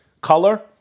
color